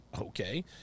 Okay